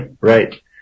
right